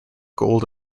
gold